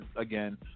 again